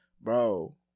bro